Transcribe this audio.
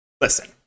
Listen